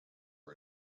for